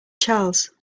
charles